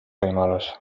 võimalus